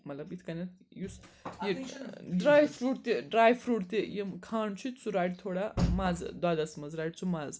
مطلب یِتھ کٔنۍ یُس یہِ ڈرٛاے فرٛوٗٹ تہِ ڈرٛاے فرٛوٗٹ تہِ یِم کھنٛڈ چھِ سُہ رَٹہِ تھوڑا مَزٕ دۄدھَس منٛز رَٹہِ سُہ مَزٕ